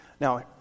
Now